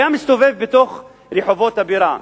היה מסתובב בתוך רחובות הבירה,